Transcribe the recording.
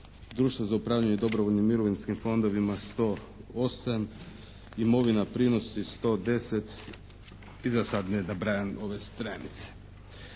društvo za upravljanje dobrovoljnim mirovinskim fondovima 108, imovina, prinosi 110 i da sad ne nabrajam ove stranice.